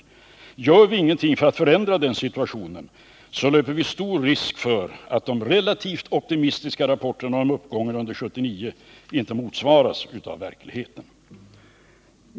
Om vi inte gör någonting för att förändra den situationen, löper vi stor risk att de relativt optimistiska rapporterna om uppgången under 1979 inte motsvaras av verkligheten.